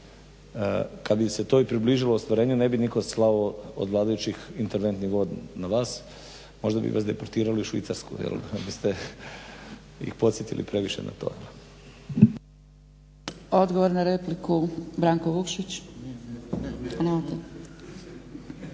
kad bi se to i približilo ostvarenju ne bi nitko slao od vladajućih interventni vod na vas, možda bi vas deportirali u Švicarsku, jel bi ste ih previše podsjetili na to.